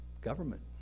government